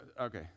okay